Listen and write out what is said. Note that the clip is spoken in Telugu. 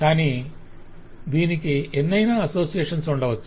కానీ దీనికి ఎన్నయినా అసోసియేషన్స్ ఉండవచ్చు